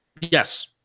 Yes